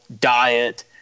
diet